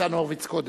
ניצן הורוביץ קודם,